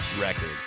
record